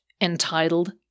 entitled